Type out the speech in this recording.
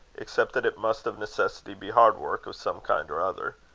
except that it must of necessity be hard work of some kind or other.